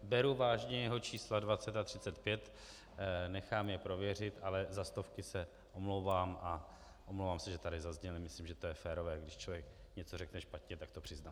Beru vážně jeho čísla 20 a 35, nechám je prověřit, ale za stovky se omlouvám a omlouvám se, že tady zazněly, myslím, že to je férové, když člověk něco řekne špatně, tak to přiznat.